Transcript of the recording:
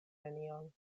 nenion